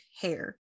hair